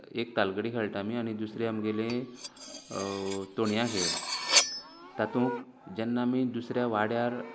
एक तालगडी खेळटा आमी आनी दुसरे आमगेले तोणया खेळ तातूंक जेन्ना आमी दुसऱ्या वाड्यार